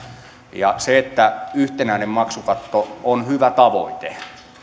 yhtenäinen maksukatto on hyvä tavoite